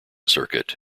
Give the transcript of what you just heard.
circuit